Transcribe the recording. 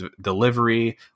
delivery